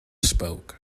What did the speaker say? spoke